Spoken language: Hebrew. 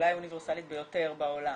אולי האוניברסלית ביותר בעולם.